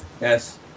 Yes